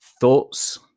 thoughts